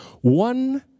One